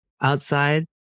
outside